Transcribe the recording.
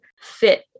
fit